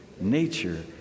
nature